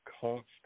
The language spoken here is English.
constant